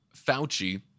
Fauci